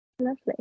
Lovely